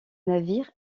navire